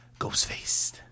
Ghostface